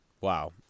Wow